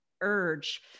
urge